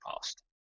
past